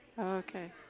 Okay